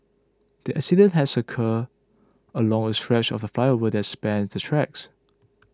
the accident has occurred along a stretch of the flyover that spans the tracks